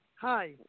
Hi